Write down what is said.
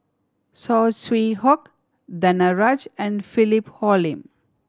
Saw Swee Hock Danaraj and Philip Hoalim